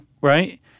right